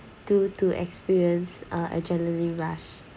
to to experience uh adrenaline rush